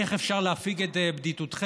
איך אפשר להפיג את בדידותכם?